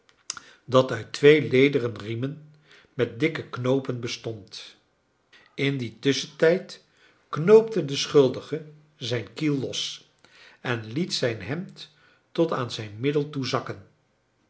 dat uit twee lederen riemen met dikke knoopen bestond in dien tusschentijd knoopte de schuldige zijn kiel los en liet zijn hemd tot aan zijn middel toe zakken